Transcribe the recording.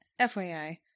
fyi